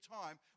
time